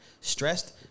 Stressed